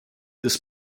this